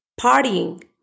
Partying